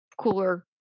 cooler